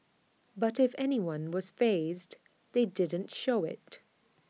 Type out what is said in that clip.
but if anyone was fazed they didn't show IT